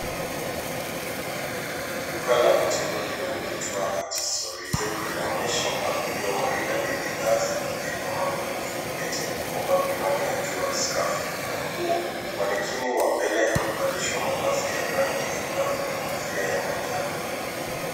Duka la mitindo linaloitwa [c.s] Accessorize [c.s] linaonyesha mpangilio maridadi, bidhaa za kike kama mikufu, pete, mikoba, miwani ya jua ,skafu na nguo. Manekini wa mbele amevalishwa mavazi ya rangi angavu na kofia ya manjano.